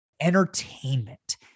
entertainment